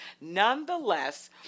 Nonetheless